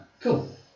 cool